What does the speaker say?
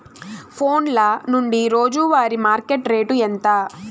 ఫోన్ల నుండి రోజు వారి మార్కెట్ రేటు ఎంత?